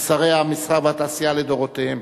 שרי המסחר והתעשייה לדורותיהם.